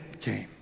came